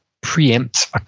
preempt